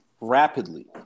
rapidly